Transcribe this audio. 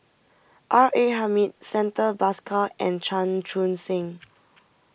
R A Hamid Santha Bhaskar and Chan Chun Sing